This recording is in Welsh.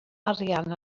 arian